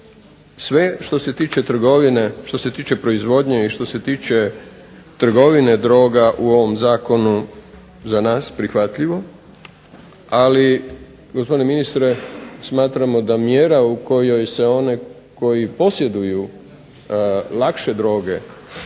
sve što se tiče trgovine, što se tiče proizvodnje i što se tiče trgovine droga u ovom zakonu za nas prihvatljivo, ali gospodine ministre smatramo da mjera u kojoj se oni koji posjeduju lakše droge